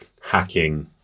hacking